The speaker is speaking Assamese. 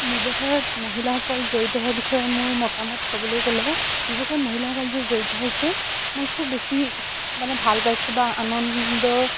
ব্যৱসায়ত মহিলাসকল জড়িত হোৱাৰ বিষয়ে মোৰ মতামত ক'বলৈ গ'লে ব্যৱসায়ত মহিলাসকল যে জড়িত হৈছে মই খুব বেছি মানে ভাল পাইছোঁ বা আনন্দ